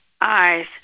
eyes